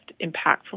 impactful